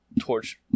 torch